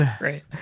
Right